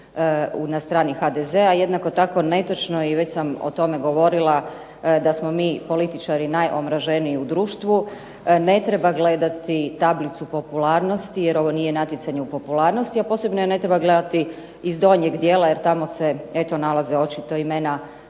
na strani HDZ-a. Jednako tako, netočno je i već sam o tome govorila da smo mi političari najomraženiji u društvu. Ne treba gledati tablicu popularnosti, jer ovo nije natjecanje u popularnosti, a posebno ne treba gledati iz donjeg dijela, jer tamo se eto nalaze očito imena